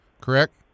Correct